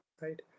Right